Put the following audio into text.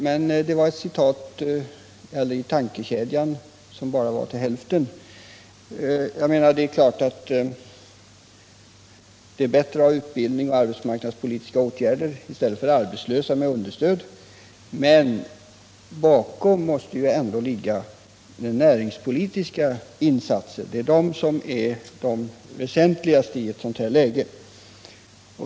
Men citatet täckte bara hälf Fredagen den ten av min tankekedja i det avseendet. Jag menar att det är bättre med 2 december 1977 utbildning och arbetsmarknadspolitiska insatser än att ha arbetslösa med understöd, men bakom dessa åtgärder måste ändå ligga näringspolitiska Om åtgärder för att insatser. De är de väsentligaste i ett sådant här läge.